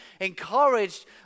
encouraged